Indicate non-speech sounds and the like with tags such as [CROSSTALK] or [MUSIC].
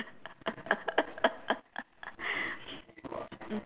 [LAUGHS]